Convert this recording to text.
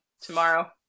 tomorrow